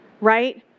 Right